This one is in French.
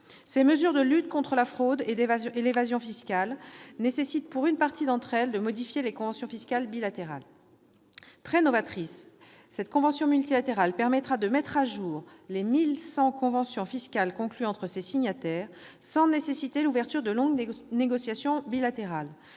Ces mesures de lutte contre la fraude et l'évasion fiscales nécessitent, pour une partie d'entre elles, de modifier les conventions fiscales bilatérales. Très novatrice, cette convention multilatérale permettra de mettre à jour les 1 100 conventions fiscales conclues entre ses signataires sans nécessiter l'ouverture de longues négociations bilatérales.